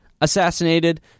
assassinated